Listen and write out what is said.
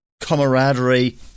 camaraderie